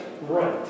right